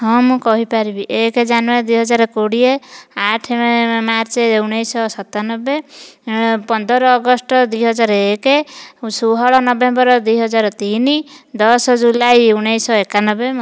ହଁ ମୁଁ କହି ପାରିବି ଏକ ଜାନୁଆରୀ ଦୁଇହଜାର କୋଡ଼ିଏ ଆଠ ମାର୍ଚ୍ଚ ଉଣେଇଶ ସତାନବେ ପନ୍ଦର ଅଗଷ୍ଟ ଦୁଇହଜାର ଏକ ଷୋହଳ ନଭେମ୍ବର ଦୁଇହଜାର ତିନି ଦଶ ଜୁଲାଇ ଉଣେଇଶ ଏକାନବେ